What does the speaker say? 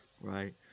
Right